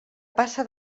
passa